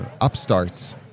upstarts